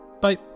bye